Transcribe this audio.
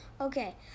Okay